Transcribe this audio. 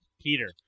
Peter